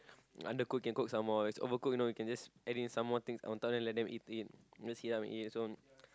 undercook can cook some more it's overcooked you know you can just add in some more things on top then let them eat it just heat up and eat so